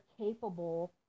capable